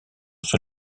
sur